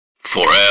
forever